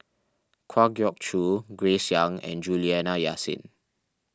Kwa Geok Choo Grace Young and Juliana Yasin